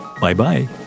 Bye-bye